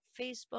Facebook